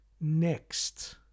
NEXT